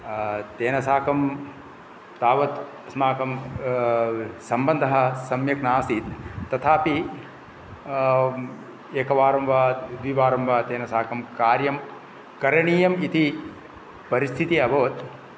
तेन साकं तावत् अस्माकं सम्बन्धः सम्यक् नासीत् तथापि एकवारं वा द्विवारं वा तेन साकं कार्यं करणीयम् इति परिस्थितिः अभवत्